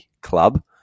club